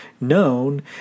known